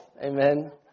Amen